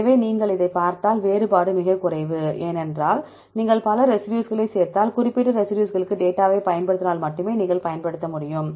எனவே இதைப் பார்த்தால் வேறுபாடு மிகக் குறைவு ஏனென்றால் நீங்கள் பல ரெசிடியூஸ்களைச் சேர்த்தால் குறிப்பிட்ட ரெசிடியூஸ்களுக்கு டேட்டாவை பயன்படுத்தினால் மட்டுமே நீங்கள் பயன்படுத்த முடியும்